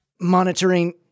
monitoring